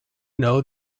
know